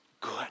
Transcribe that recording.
good